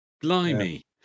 Blimey